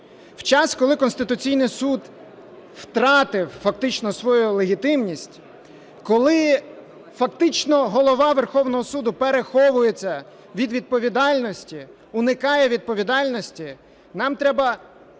В час, коли Конституційний Суд втратив фактично свою легітимність, коли фактично Голова Верховного Суду переховується від відповідальності, уникає відповідальності, нам треба